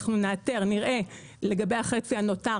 נאתר ונראה לגבי החצי הנותר,